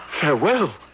Farewell